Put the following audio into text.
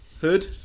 Hood